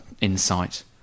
insight